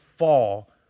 fall